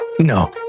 no